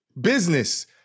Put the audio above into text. business